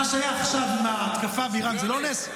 מה שהיה עכשיו עם ההתקפה מאיראן, זה לא נס?